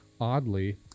oddly